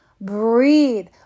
breathe